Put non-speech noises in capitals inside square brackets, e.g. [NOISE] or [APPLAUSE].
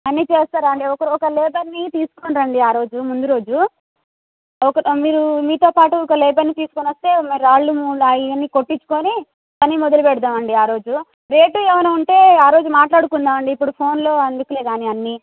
అన్ని చేస్తారా అండి ఒకరు ఒక లేబర్ని తీస్కొని రండి ఆ రోజు ముందు రోజు ఒక మీరూ మీతో పాటు ఇంకో లేబర్ని తీస్కొనొస్తే మరి రాళ్లు [UNINTELLIGIBLE] ఇవన్నీ కొట్టిచ్చుకొనీ పని మొదలుపెడదామండి ఆ రోజు రేటు ఎమన్నా ఉంటే ఆ రోజు మాట్లాడుకుందాం అండి ఇప్పుడు ఫోన్లో ఎందుకులే గానీ అన్నీ